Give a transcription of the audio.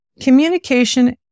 Communication